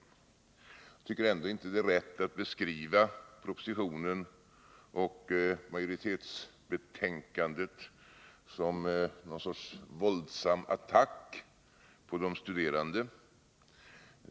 Jag tycker ändå inte att det är riktigt att beskriva propositionen och majoritetsbetänkandet som någon sorts våldsam attack på de studerande.